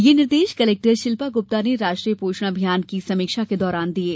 यह निर्देश कलेक्टर शिल्पा गुप्ता ने राष्ट्रीय पोषण अभियान की समीक्षा के दौरान दिए हैं